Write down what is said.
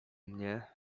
mnie